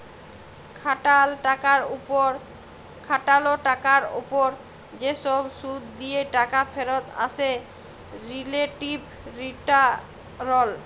খাটাল টাকার উপর যে সব শুধ দিয়ে টাকা ফেরত আছে রিলেটিভ রিটারল